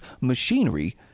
machinery